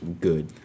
good